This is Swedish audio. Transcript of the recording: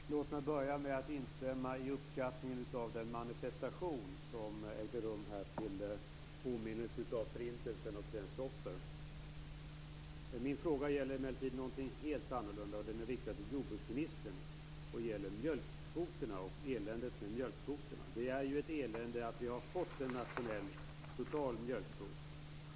Herr talman! Låt mig börja med att instämma i uppskattningen av den manifestation som ägde rum här till åminnelse av förintelsen och dess offer. Min fråga gäller emellertid något helt annat, och den är riktad till jordbruksministern och gäller eländet med mjölkkvoterna. Det är ju ett elände att vi har en nationell total mjölkkvot.